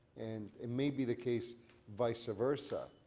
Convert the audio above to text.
and it may be the case vice versa.